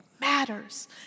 matters